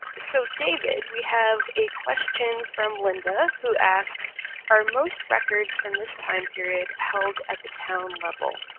so david, we have a question from linda who asks are most records from this time period held at the town level?